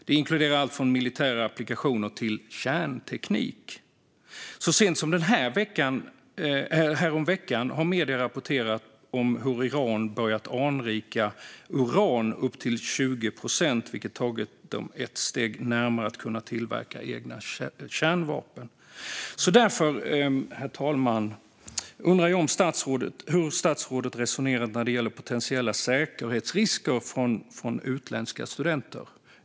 Det inkluderar allt från militära applikationer till kärnteknik. Så sent som häromveckan rapporterade medier om hur Iran börjat anrika uran upp till 20 procent, vilket tagit dem ett steg närmare att tillverka egna kärnvapen. Herr talman! Jag undrar hur statsrådet resonerar när det gäller potentiella säkerhetsrisker från utländska studenter.